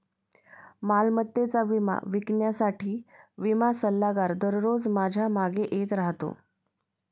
मालमत्तेचा विमा विकण्यासाठी विमा सल्लागार दररोज माझ्या मागे येत राहतो